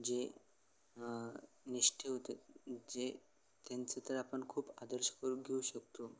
जे निष्टे होते जे त्यांचं तर आपण खूप आदर्श करून घेऊ शकतो